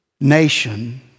nation